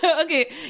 Okay